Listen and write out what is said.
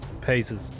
paces